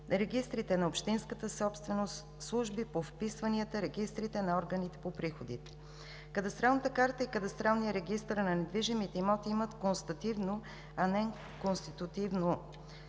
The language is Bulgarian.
регистрите на общинската собственост, служби по вписванията, регистрите на органите по приходите. Кадастралната карта и кадастралният регистър на недвижимите имоти имат констативно, а не консултативно